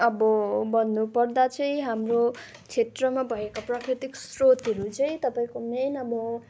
अब भन्नुपर्दा चाहिँ हाम्रो क्षेत्रमा भएका प्राकृतिक श्रोतहरू चाहिँ तपाईँको मेन अब